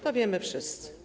To wiemy wszyscy.